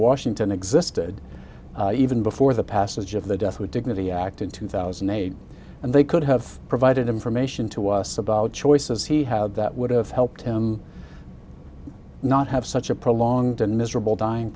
washington existed even before the passage of the death with dignity act in two thousand and eight and they could have provided information to us about choices he had that would have helped him not have such a prolonged and miserable dying